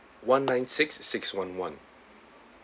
one nine six six one one